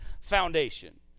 foundation